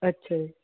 ਅੱਛਾ ਜੀ